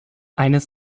eines